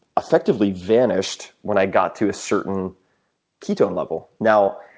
effectively vanished when i got to a certain keto level. now,